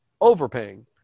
overpaying